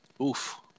Oof